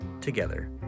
together